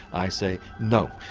i say, no,